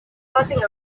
causing